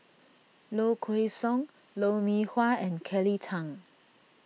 Low Kway Song Lou Mee Wah and Kelly Tang